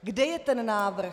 Kde je ten návrh?